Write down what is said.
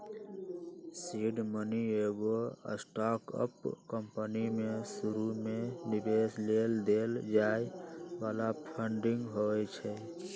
seed money एगो startup company में शुरुमे निवेश लेल देल जाय बला फंडिंग होइ छइ